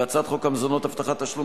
בבקשה, אדוני.